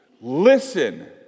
listen